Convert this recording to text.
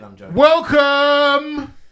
welcome